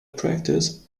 practice